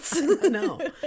No